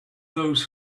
those